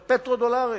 בפטרו-דולרים,